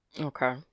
Okay